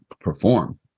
perform